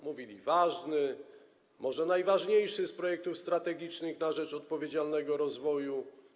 Mówili: ważny, może najważniejszy z projektów strategicznych na rzecz odpowiedzialnego rozwoju.